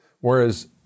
Whereas